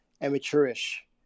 amateurish